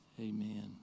Amen